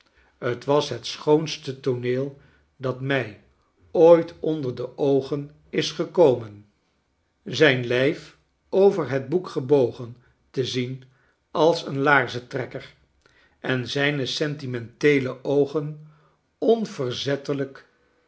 t was het schoonste tooneel dat mi ooit onder de oogen is gekomen zijn lijf over het boek gebogen te zien als een laarzentrekker en zijne sentimenteele oogen